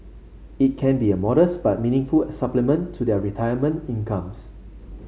it can be a modest but meaningful supplement to their retirement incomes